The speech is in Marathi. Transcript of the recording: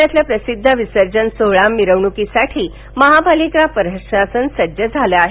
पुण्यातील प्रसिद्ध विसर्जन सोहळा मिरवणुकीसाठी महापालिका प्रशासन सज्ज झालं आहे